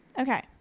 okay